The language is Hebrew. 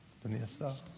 אדוני השר,